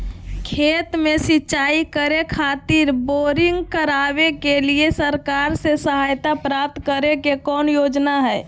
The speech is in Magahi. खेत में सिंचाई करे खातिर बोरिंग करावे के लिए सरकार से सहायता प्राप्त करें के कौन योजना हय?